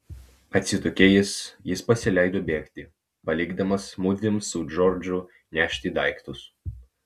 atsitokėjęs jis pasileido bėgti palikdamas mudviem su džordžu nešti daiktus